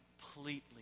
completely